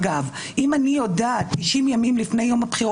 אם אני יודעת 90 יום לפני יום הבחירות